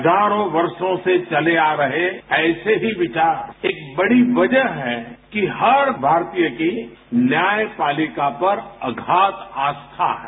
हजारों वर्षो से चले आ रहे ऐसे ही विचार एक बड़ी वजह है कि हर भारतीय की न्यायपालिका पर अगाध आस्था है